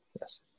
Yes